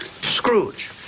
scrooge